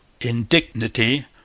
indignity